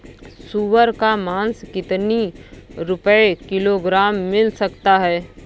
सुअर का मांस कितनी रुपय किलोग्राम मिल सकता है?